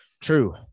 True